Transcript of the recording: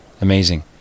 Amazing